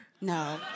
No